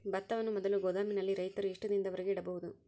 ಭತ್ತವನ್ನು ಮೊದಲು ಗೋದಾಮಿನಲ್ಲಿ ರೈತರು ಎಷ್ಟು ದಿನದವರೆಗೆ ಇಡಬಹುದು?